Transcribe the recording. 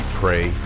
pray